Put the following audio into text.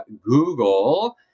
Google